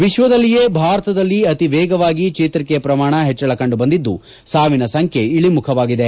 ವಿಶ್ಲದಲ್ಲಿಯೇ ಭಾರತದಲ್ಲಿ ಅತಿ ವೇಗವಾಗಿ ಚೇತರಿಕೆ ಪ್ರಮಾಣ ಹೆಚ್ಚಳ ಕಂಡು ಬಂದಿದ್ದು ಸಾವಿನ ಸಂಖ್ಯೆ ಇಳಿಮುಖವಾಗಿದೆ